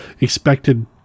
expected